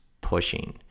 pushing